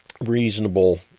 reasonable